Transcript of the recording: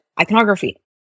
iconography